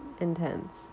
intense